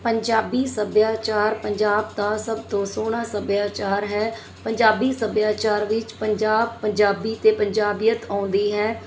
ਪੰਜਾਬੀ ਸੱਭਿਆਚਾਰ ਪੰਜਾਬ ਦਾ ਸਭ ਤੋਂ ਸੋਹਣਾ ਸੱਭਿਆਚਾਰ ਹੈ ਪੰਜਾਬੀ ਸੱਭਿਆਚਾਰ ਵਿੱਚ ਪੰਜਾਬ ਪੰਜਾਬੀ ਅਤੇ ਪੰਜਾਬੀਅਤ ਆਉਂਦੀ ਹੈ